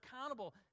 accountable